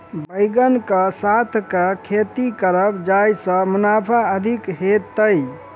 बैंगन कऽ साथ केँ खेती करब जयसँ मुनाफा अधिक हेतइ?